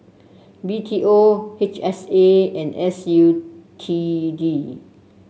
B T O H S A and S U T D